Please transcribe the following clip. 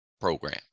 program